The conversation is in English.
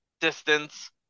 distance